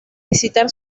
visitar